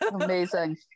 Amazing